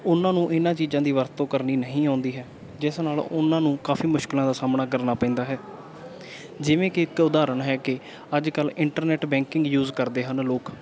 ਉਹਨਾਂ ਨੂੰ ਇਹਨਾਂ ਚੀਜ਼ਾਂ ਦੀ ਵਰਤੋਂ ਕਰਨੀ ਨਹੀਂ ਆਉਂਦੀ ਹੈ ਜਿਸ ਨਾਲ ਉਹਨਾਂ ਨੂੰ ਕਾਫ਼ੀ ਮੁਸ਼ਕਿਲਾਂ ਦਾ ਸਾਹਮਣਾ ਕਰਨਾ ਪੈਂਦਾ ਹੈ ਜਿਵੇਂ ਕਿ ਇੱਕ ਉਦਾਹਰਣ ਹੈ ਕਿ ਅੱਜ ਕੱਲ੍ਹ ਇੰਟਰਨੈਟ ਬੈਂਕਿੰਗ ਯੂਜ ਕਰਦੇ ਹਨ ਲੋਕ